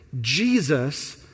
Jesus